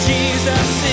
Jesus